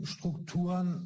Strukturen